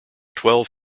twelve